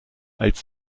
als